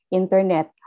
internet